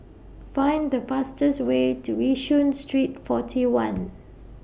Find The fastest Way to Yishun Street forty one